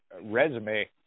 resume